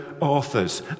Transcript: authors